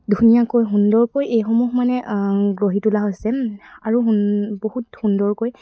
ধুনীয়াকৈ সুন্দৰকৈ এইসমূহ মানে গঢ়ি তোলা হৈছে আৰু সুন বহুত সুন্দৰকৈ